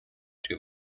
too